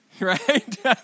right